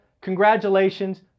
congratulations